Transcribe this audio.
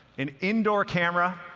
an indoor camera,